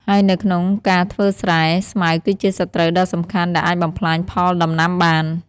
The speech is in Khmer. ហើយនៅក្នុងការធ្វើស្រែ ស្មៅគឺជាសត្រូវដ៏សំខាន់ដែលអាចបំផ្លាញផលដំណាំបាន។